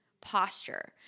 posture